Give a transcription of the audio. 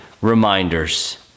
reminders